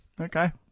Okay